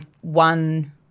one